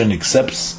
accepts